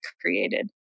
created